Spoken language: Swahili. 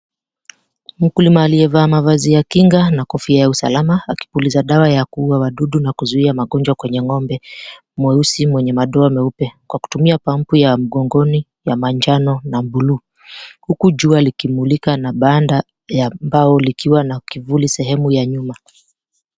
Mkulima aliyevaa mavazi ya kinga na kofia ya usalama akipuliza dawa ya kuua wadudu na kuzia magonjwa kwenye ng'ombe nyeusi mwenye madoa meupe kwa kutumia pump ya mgongoni ya manjano na buluu huku jua likimulika na banda ya mbao likiwa na kivuli sehemu ya nyuma.